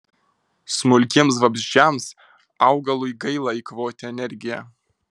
smulkiems vabzdžiams augalui gaila eikvoti energiją